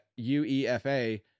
UEFA